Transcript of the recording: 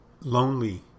lonely